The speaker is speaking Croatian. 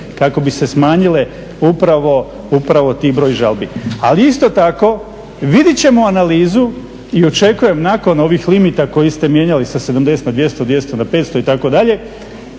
kako bi se smanjile upravo taj broj žalbi. Ali isto tako vidit ćemo analizu i očekujem nakon ovih limita koje ste mijenjali sa 70 na 200, 200 na 500 itd.